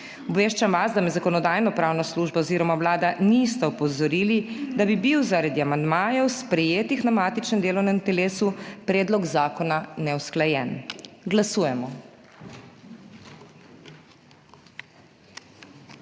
Obveščam vas, da me Zakonodajno-pravna služba oziroma Vlada nista opozorili, da bi bil zaradi amandmajev, sprejetih na matičnem delovnem telesu, predlog zakona neusklajen. Glasujemo.